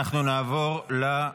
אנחנו נעבור, כן,